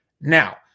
Now